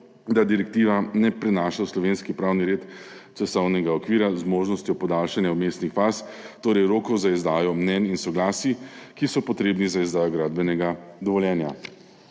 da direktiva ne prenaša v slovenski pravni red časovnega okvira z možnostjo podaljšanja vmesnih faz, torej rokov za izdajo mnenj in soglasij, ki so potrebni za izdajo gradbenega dovoljenja.